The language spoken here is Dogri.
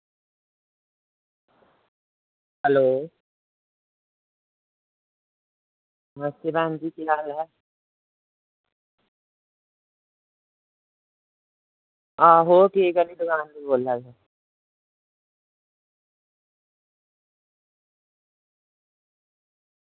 हैलो नमस्ते भैन जी केह् हाल ऐ आहो ठीक ऐ भी दकान बी खो'ल्लै दे